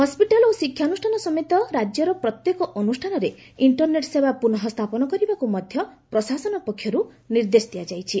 hospital ଓ ଶିକ୍ଷାନୁଷ୍ଠାନ ସମେତ ରାଜ୍ୟର ପ୍ରତ୍ୟେକ ଅନୁଷ୍ଠାନରେ ଇଷ୍ଟର୍ନେଟ୍ ସେବା ପୁନଃ ସ୍ଥାପନ କରିବାକୁ ମଧ୍ୟ ପ୍ରଶାସନ ପକ୍ଷରୁ ନିର୍ଦ୍ଦେଶ ଦିଆଯାଇଛି